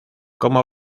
como